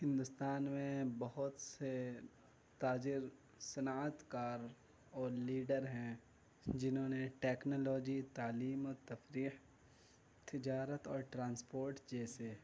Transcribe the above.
ہندوستان میں بہت سے تاجر صنعت کار اور لیڈر ہیں جنہوں نے ٹیکنالوجی تعلیم و تفریح تجارت اور ٹرانسپوٹ جیسے